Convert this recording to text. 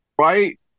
Right